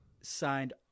signed